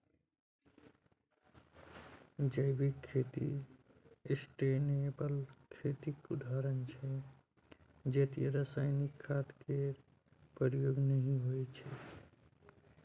जैविक खेती सस्टेनेबल खेतीक उदाहरण छै जतय रासायनिक खाद केर प्रयोग नहि होइ छै